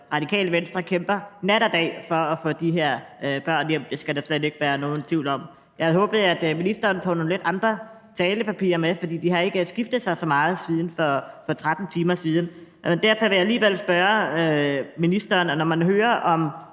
Radikale Venstre kæmper nat og dag for at få de her børn hjem; det skal der slet ikke være nogen tvivl om. Jeg havde håbet, at ministeren tog nogle lidt andre talepapirer med, for de har ikke ændret sig så meget i de sidste 13 timer. Men derfor vil jeg alligevel spørge ministeren: Når man hører om